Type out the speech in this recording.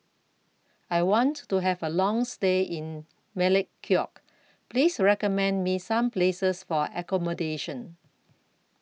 I want to Have A Long stay in Melekeok Please recommend Me Some Places For accommodation